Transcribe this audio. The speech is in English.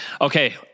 Okay